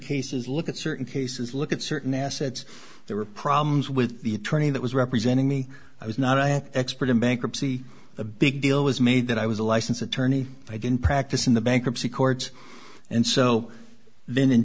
cases look at certain cases look at certain assets there were problems with the attorney that was representing me i was not an expert in bankruptcy a big deal was made that i was a licensed attorney i can practice in the bankruptcy court and so then in